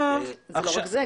זה לא רק זה.